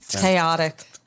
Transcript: Chaotic